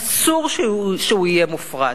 אסור שהוא יהיה מופרט,